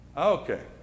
Okay